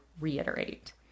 reiterate